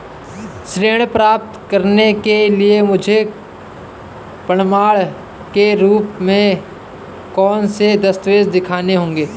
ऋण प्राप्त करने के लिए मुझे प्रमाण के रूप में कौन से दस्तावेज़ दिखाने होंगे?